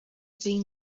been